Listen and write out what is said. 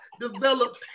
develop